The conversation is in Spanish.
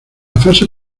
fase